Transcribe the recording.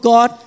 God